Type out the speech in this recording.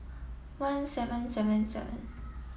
one seven seven seven